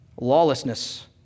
lawlessness